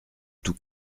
tout